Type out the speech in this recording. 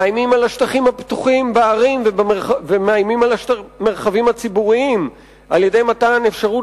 מאיימים על השטחים הפתוחים בערים ובמרחבים הציבוריים על-ידי מתן אפשרות